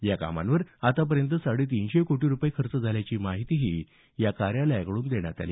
या कामांवर आतापर्यंत साडे तीनशे कोटी रुपये खर्च झाल्याची माहितीही या कार्यालयाकडून देण्यात आली